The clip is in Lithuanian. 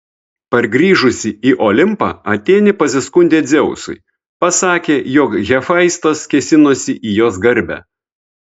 pargrįžusi į olimpą atėnė pasiskundė dzeusui pasakė jog hefaistas kėsinosi į jos garbę